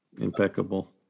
impeccable